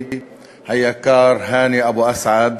ידידי היקר האני אבו אסעד,